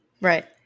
Right